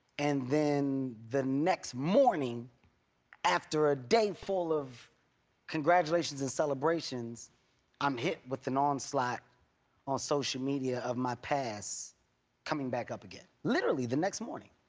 and then the next morning after a day full of congratulations and celebrations i'm hit with an onslaught on social media of my past coming back up again. literally, the next morning.